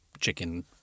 chicken